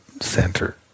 center